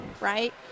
right